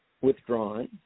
withdrawn